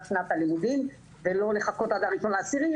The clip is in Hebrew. שנת הלימודים ולא לחכות עד ה-1 באוקטובר.